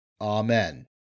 Amen